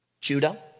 Judah